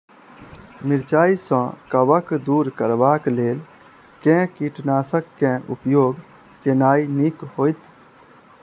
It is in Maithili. मिरचाई सँ कवक दूर करबाक लेल केँ कीटनासक केँ उपयोग केनाइ नीक होइत?